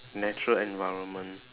natural environment